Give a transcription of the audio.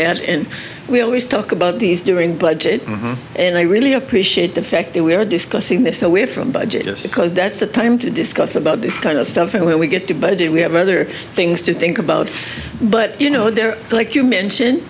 at and we always talk about these during budget and i really appreciate the fact that we are discussing this away from budget just because that's the time to discuss about this kind of stuff and when we get to budget we have other things to think about but you know there like you mention